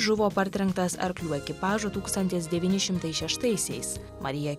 žuvo partrenktas arklių ekipažų tūkstantis devyni šimtai šeštaisiais marija